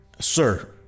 sir